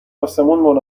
آسمون